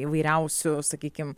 įvairiausių sakykim